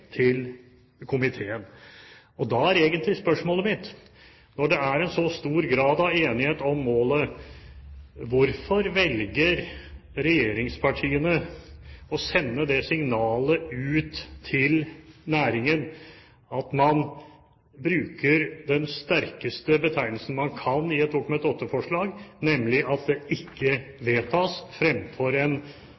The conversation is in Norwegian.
til komiteen. Da er egentlig spørsmålet mitt: Når det er så stor grad av enighet om målet, hvorfor velger regjeringspartiene å sende et slikt signal ut til næringen, ved å bruke den sterkeste betegnelsen man kan om et Dokument 8-forslag, nemlig at det ikke